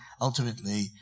Ultimately